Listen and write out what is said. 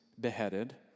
beheaded